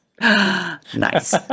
Nice